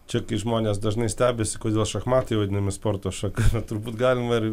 čia kai žmonės dažnai stebisi kodėl šachmatai vadinami sporto šaka na turbūt galima ir